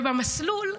במסלול,